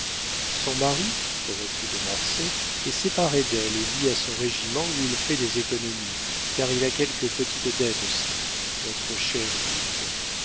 son mari reprit de marsay est séparé d'elle et vit à son régiment où il fait des économies car il a quelques petites dettes aussi notre cher duc